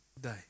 day